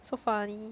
so funny